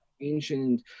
ancient